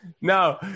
No